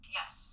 yes